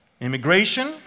Immigration